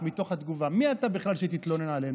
מי אתה בכלל שתתלונן עלינו,